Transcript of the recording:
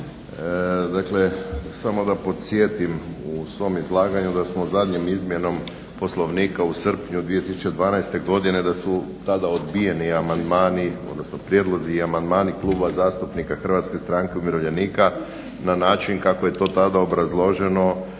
Dakle samo da podsjetim u svom izlaganju da smo zadnjom izmjenom Poslovnika u srpnju 2012.godine da su tada odbijeni amandmani odnosno prijedlozi i amandmani Kluba zastupnika HSU-a na način kako je to tada obrazloženo